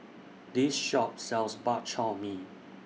This Shop sells Bak Chor Mee